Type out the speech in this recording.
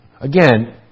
again